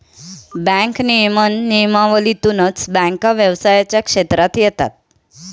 bank नियमन नियमावलीतूनच बँका व्यवसायाच्या क्षेत्रात येतात